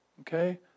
Okay